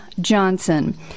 Johnson